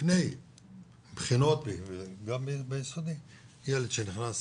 לפני בחינות, וגם ביסודי, ילד שנכנס